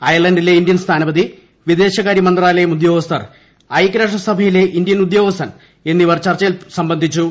അയർലൻഡിലെ Indian സ്ഥാനപതി വിദേശകാര്യമന്ത്രാലയം ഉദ്യോഗസ്ഥർ ഐക്യരാഷ്ട്രസഭയിലെ ഇന്ത്യൻ ഉദ്യോഗസ്ഥൻ എന്നിവർ ചർച്ചയിൽ സംബന്ധിച്ചു